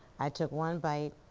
i took one bite.